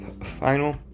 Final